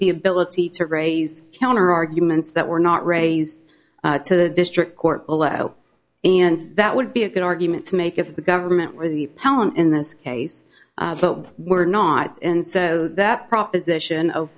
the ability to raise counterarguments that were not raised to the district court below and that would be a good argument to make if the government were the power in this case but were not and so that proposition